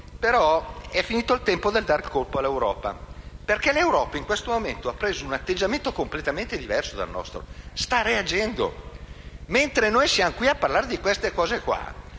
Ma è finito il tempo di dare la colpa all'Europa, perché in questo momento ha assunto un atteggiamento completamento diverso dal nostro: sta reagendo. Mentre noi siamo qui a parlare di queste cose,